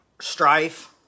strife